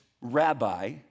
rabbi